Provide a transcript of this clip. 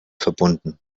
verbunden